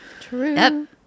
true